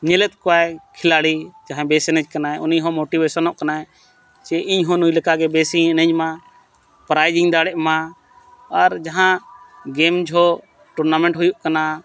ᱧᱮᱞᱮᱫ ᱠᱚᱣᱟᱭ ᱠᱷᱮᱞᱟᱲᱤ ᱡᱟᱦᱟᱸᱭ ᱵᱮᱥ ᱮᱱᱮᱡ ᱠᱟᱱᱟᱭ ᱩᱱᱤᱦᱚᱸ ᱢᱚᱴᱤᱵᱷᱮᱥᱚᱱᱚᱜ ᱠᱟᱱᱟᱭ ᱡᱮ ᱤᱧᱦᱚᱸ ᱱᱩᱭ ᱞᱮᱠᱟᱜᱮ ᱵᱮᱥᱤᱧ ᱮᱱᱮᱡᱼᱢᱟ ᱯᱨᱟᱭᱤᱡᱽ ᱤᱧ ᱫᱟᱲᱮᱜ ᱢᱟ ᱟᱨ ᱡᱟᱦᱟᱸ ᱜᱮᱢ ᱡᱚᱦᱚᱜ ᱴᱩᱨᱱᱟᱢᱮᱱᱴ ᱦᱩᱭᱩᱜ ᱠᱟᱱᱟ